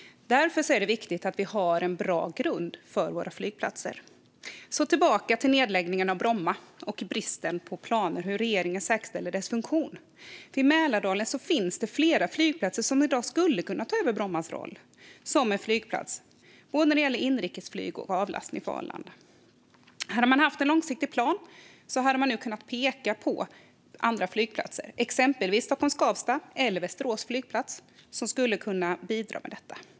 Därför är det viktigt att vi har en bra grund för våra flygplatser. Tillbaka till nedläggningen av Bromma och regeringens brist på planer för att säkerställa dess funktion. I Mälardalen finns det i dag flera flygplatser som skulle kunna ta över Brommas roll som flygplats, både när det gäller inrikesflyg och som avlastning för Arlanda. Hade man haft en långsiktig plan hade man nu kunnat peka på andra flygplatser, exempelvis Stockholm Skavsta eller Västerås flygplats, som skulle kunna bidra med detta.